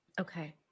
Okay